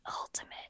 Ultimate